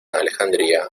alejandría